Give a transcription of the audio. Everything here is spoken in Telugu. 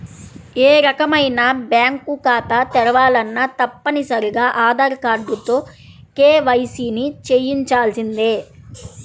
ఏ రకమైన బ్యేంకు ఖాతా తెరవాలన్నా తప్పనిసరిగా ఆధార్ కార్డుతో కేవైసీని చెయ్యించాల్సిందే